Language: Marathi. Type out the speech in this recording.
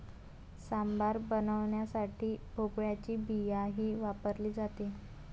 सांबार बनवण्यासाठी भोपळ्याची बियाही वापरली जाते